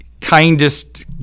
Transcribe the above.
kindest